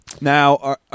Now